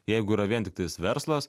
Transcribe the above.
jeigu yra vien tiktais verslas